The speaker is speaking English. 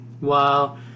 wow